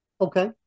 Okay